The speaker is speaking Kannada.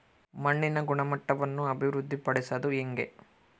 ಮಣ್ಣಿನ ಗುಣಮಟ್ಟವನ್ನು ಅಭಿವೃದ್ಧಿ ಪಡಿಸದು ಹೆಂಗೆ?